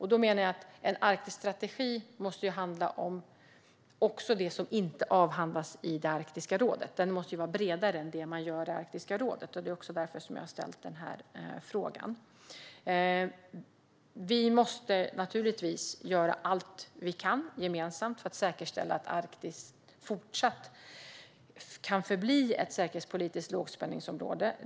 Jag menar att en Arktisstrategi måste handla också om det som inte avhandlas i Arktiska rådet; den måste vara bredare, och det är därför jag har ställt denna fråga. Vi måste naturligtvis gemensamt göra allt vi kan för att säkerställa att Arktis kan förbli ett säkerhetspolitiskt lågspänningsområde.